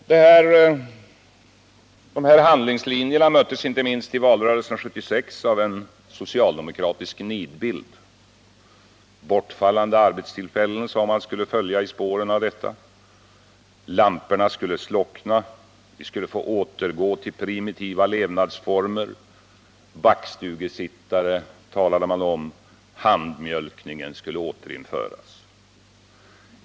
Dessa handlingslinjer möttes inte minst i valrörelsen 1976 av en socialdemokratisk nidbild. Bortfallande arbetstillfällen sade man skulle följa i spåren av detta. Lamporna skulle slockna, och vi skulle få återgå till primitiva levnadsformer. Man talade om backstugusittare och om att handmjölkning Nr 168 en skulle återinföras.